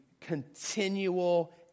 continual